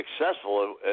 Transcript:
successful